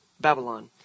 Babylon